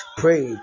pray